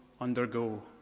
undergo